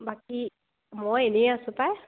বাকী মই এনেই আছোঁ পাই